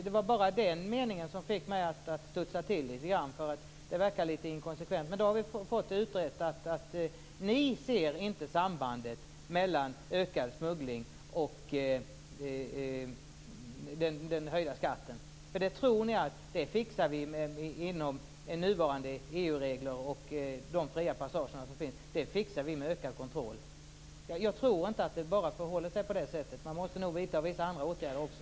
Det var bara den meningen som fick mig att studsa till litet grand. Det verkar litet inkonsekvent. Men då har vi fått utrett att ni inte ser sambandet mellan ökad smuggling och den höjda skatten. Ni tror att vi, med nuvarande EU-regler och med de fria passager som finns, fixar detta med ökad kontroll. Jag tror inte att det enbart förhåller sig på det sättet. Man måste nog vidta vissa andra åtgärder också.